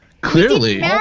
Clearly